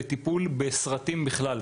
לא קיימת מערכת לטיפול בסרטים באופן כללי.